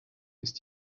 ist